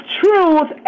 truth